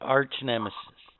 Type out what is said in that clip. Arch-nemesis